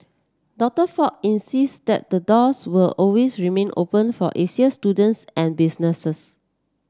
Doctor Fox insists that the doors will always remain open for Asian students and businesses